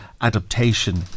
adaptation